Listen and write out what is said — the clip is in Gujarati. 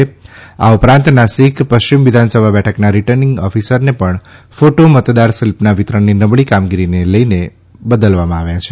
આ ઉપરાંત નાસિક પશ્ચિમ વિધાનસભા બેઠકના રીર્ટનીંગ ઓફિસરને પણ ફોટો મતદાર સ્લીપના વિતરણની નબળી કામગીરીને લઇને બદલવામાં આવ્યા છે